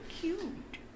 cute